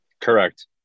Correct